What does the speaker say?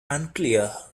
unclear